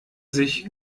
sich